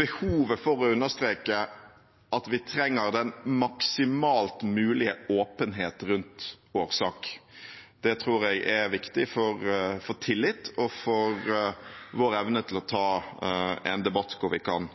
behovet for å understreke at vi trenger den maksimalt mulige åpenhet rundt årsak. Det tror jeg er viktig for tillit og for vår evne til å ta en debatt hvor vi kan